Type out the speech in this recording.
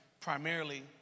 primarily